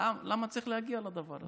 למה צריך להגיע לדבר הזה?